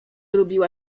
lubiła